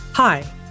Hi